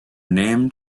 named